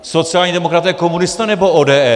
Sociální demokraté, komunisté, nebo ODS?